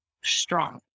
strong